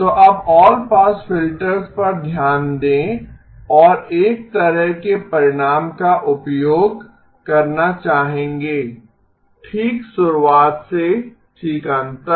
तो अब all pass filters पर ध्यान दें और एक तरह के परिणाम का उपयोग करना चाहेंगे ठीक शुरुआत से ठीक अंत तक